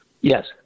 Yes